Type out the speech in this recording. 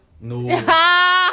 no